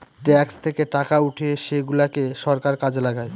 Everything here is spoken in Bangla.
ট্যাক্স থেকে টাকা উঠিয়ে সেগুলাকে সরকার কাজে লাগায়